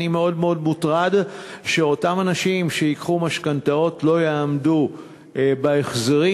אני מאוד מאוד מוטרד שאותם אנשים שייקחו משכנתאות לא יעמדו בהחזרים,